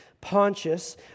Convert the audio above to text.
Pontius